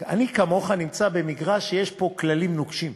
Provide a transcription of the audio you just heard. אני, כמוך, נמצא במגרש שיש בו כללים נוקשים.